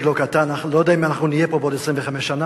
חבר הכנסת מג'אדלה, אנחנו נמצאים בנאומים בני דקה.